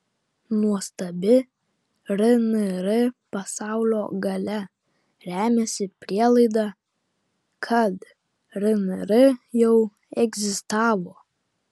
nuostabi rnr pasaulio galia remiasi prielaida kad rnr jau egzistavo